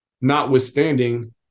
notwithstanding